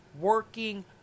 working